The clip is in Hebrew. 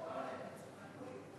בעד 32, אין מתנגדים ואין נמנעים.